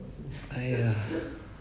!aiya!